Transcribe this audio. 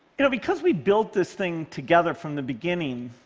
you know because we built this thing together from the beginning,